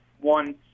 one